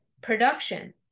production